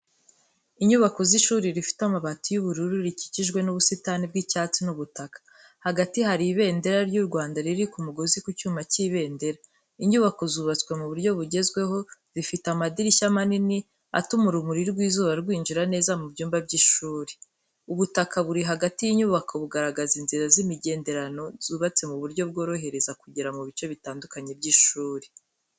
Inyubako z'ishuri rifite amabati y'ubururu, rikikijwe n’ubusitani bw’icyatsi n’ubutaka. Hagati hari ibendera ry’u Rwanda riri ku mugozi ku cyuma cy’ibendera. Inyubako zubatswe mu buryo bugezweho, zifite amadirishya manini atuma urumuri rw’izuba rwinjira neza mu byumba by’ishuri. Ubutaka buri hagati y’inyubako bugaragaza inzira z’imigenderano zubatse mu buryo bworohereza kugera mu bice bitandukanye by’ishuri.